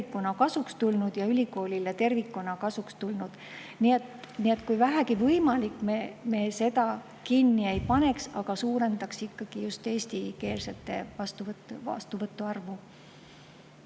ja ülikoolile tervikuna kasuks tulnud. Nii et kui vähegi võimalik, me seda kinni ei paneks, aga suurendaksime ikkagi eestikeelsete vastuvõtuarvu.